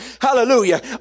Hallelujah